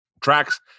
tracks